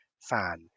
fan